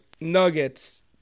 Nuggets